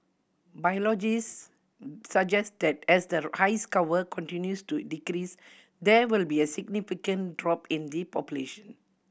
biologists suggest that as the ice cover continues to decrease there will be a significant drop in the population